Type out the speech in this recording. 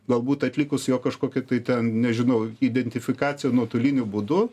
galbūt atlikus jo kažkokį tai ten nežinau identifikaciją nuotoliniu būdu